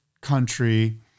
country